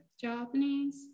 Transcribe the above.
Japanese